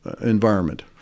environment